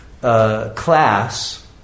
class